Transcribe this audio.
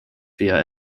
via